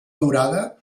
durada